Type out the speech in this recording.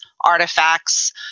artifacts